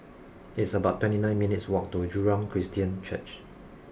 it's about twenty nine minutes' walk to Jurong Christian Church